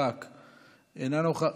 אינו נוכח,